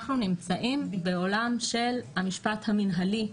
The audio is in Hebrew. אנחנו נמצאים בעולם של המשפט המנהלי,